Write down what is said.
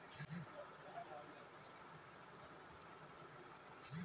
NBFC पर लागू होने वाले विभिन्न विवेकपूर्ण नियम क्या हैं?